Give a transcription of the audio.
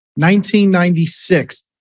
1996